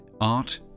art